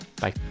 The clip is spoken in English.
Bye